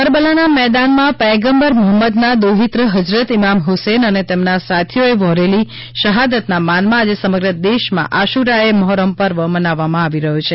મહોરમ કરબલાના મેદાનમાં ખાતે પૈયગંબર મહોમ્મદના દોહિત્ર હઝરત ઇમામ હુસેન અને તેમના સાથીઓએ વ્હોરેલી શહાદતના માનમાં આજે સમગ્ર દેશમાં આશુરા એ મહોરમ પર્વ મનાવવામાં આવી રહ્યો છે